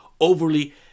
overly